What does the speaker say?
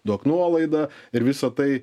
duok nuolaidą ir visa tai